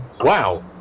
Wow